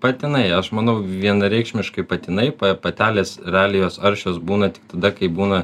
patinai aš manau vienareikšmiškai patinai patelės realiai jos aršios būna tik tada kai būna